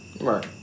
Right